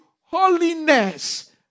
holiness